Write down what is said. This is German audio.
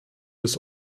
des